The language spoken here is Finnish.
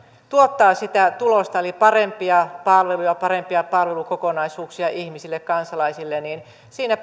tuottaa sitä tulosta eli parempia palveluja parempia palvelukokonaisuuksia ihmisille kansalaisille niin siinä